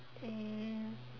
um